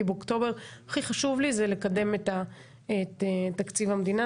כי באוקטובר הכי חשוב לי זה לקדם את תקציב המדינה.